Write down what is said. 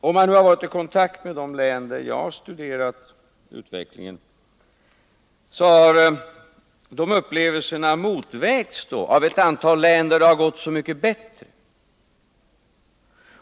Om han nu varit i kontakt med de län där jag Nr 32 studerat utvecklingen, måste upplevelserna i dessa tydligen ha uppvägts av Tisdagen den uppgifter från ett antal län där det har gått så mycket bättre.